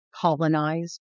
Colonized